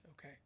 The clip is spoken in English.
okay